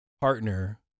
partner